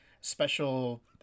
special